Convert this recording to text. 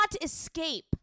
escape